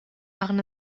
waren